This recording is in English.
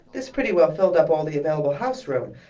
this pretty well filled up all the available house room,